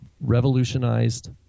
revolutionized